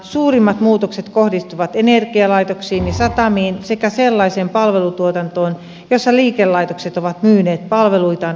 suurimmat muutokset kohdistuvat energialaitoksiin ja satamiin sekä sellaiseen palvelutuotantoon jossa liikelaitokset ovat myyneet palveluitaan organisaation ulkopuolelle